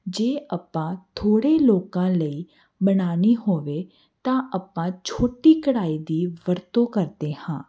ਜੇ ਆਪਾਂ ਥੋੜ੍ਹੇ ਲੋਕਾਂ ਲਈ ਬਣਾਉਣੀ ਹੋਵੇ ਤਾਂ ਆਪਾਂ ਛੋਟੀ ਕੜਾਹੀ ਦੀ ਵਰਤੋਂ ਕਰਦੇ ਹਾਂ